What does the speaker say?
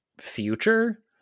future